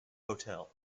hotel